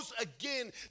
again